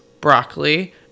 broccoli